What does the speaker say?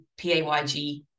PAYG